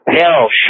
Hell